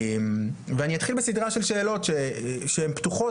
אני אתחיל בסדרה של שאלות שהן פתוחות